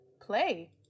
play